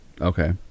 Okay